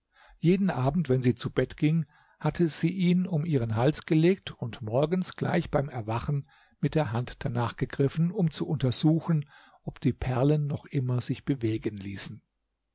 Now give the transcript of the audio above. jeden abend wenn sie zu bett ging hatte sie ihn um ihren hals gelegt und morgens gleich beim erwachen mit der hand danach gegriffen um zu untersuchen ob die perlen noch immer sich bewegen ließen